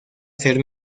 ser